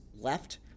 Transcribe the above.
left